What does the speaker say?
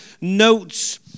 notes